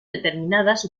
determinadas